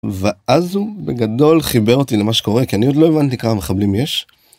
ואז הוא, בגדול חיבר אותי למה שקורה, כי אני עוד לא הבנתי כמה מחבלים יש.